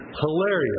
Hilarious